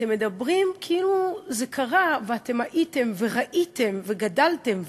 אתם מדברים כאילו זה קרה ואתם הייתם וראיתם וגדלתם,